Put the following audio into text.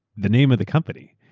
the name of the company,